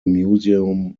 museum